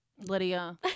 lydia